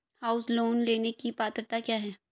House loan लेने की पात्रता क्या है?